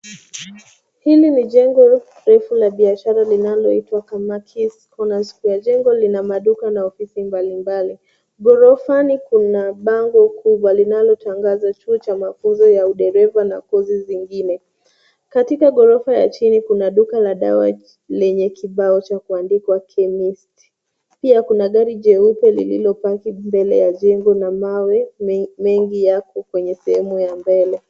Hili ni jengo refu la biashara linaloitwa Kamakis Corner Square. Jengo lina maduka na ofisi mbalimbali. Ghorofani kuna bango kubwa linalotangaza chuo cha mafunzo ya udereva na kozi zingine. Katika ghorofa ya chini kuna duka la dawa lenye kibao cha kuandikwa chemist . Pia kuna gari jeupe lililopaki mbele ya jengo na mawe mengi yapo kwenye sehemu ya mbele.